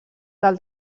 del